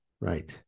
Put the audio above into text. Right